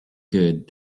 good